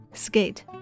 skate 、